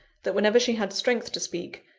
that whenever she had strength to speak,